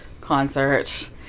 concert